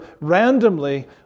randomly